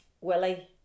Willie